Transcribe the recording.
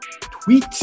tweet